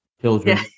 children